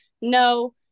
no